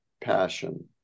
passion